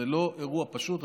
זה לא אירוע פשוט.